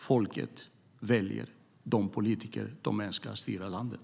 Folket väljer de politiker de önskar ska styra landet.